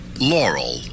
Laurel